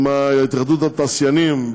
עם התאחדות התעשיינים,